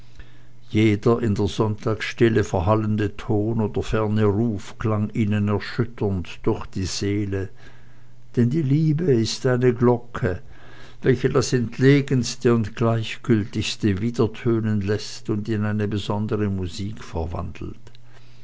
jeder in der sonntagsstille verhallende ton oder ferne ruf klang ihnen erschütternd durch die seele denn die liebe ist eine glocke welche das entlegenste und gleichgültigste widertönen läßt und in eine besondere musik verwandelt